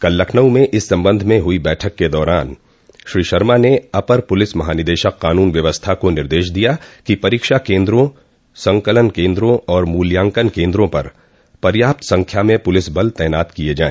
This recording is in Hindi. कल लखनऊ में इस सम्बन्ध में हुई बैठक के दौरान श्री शर्मा ने अपर पुलिस महानिदेशक कानून व्यवस्था को निर्देश दिया कि परीक्षा केन्द्रोंसंकलन केन्द्रों आर मूल्यांकन केन्द्रों पर पर्याप्त संख्या में पुलिस बल तैनात किये जाय